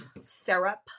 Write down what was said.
syrup